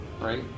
Right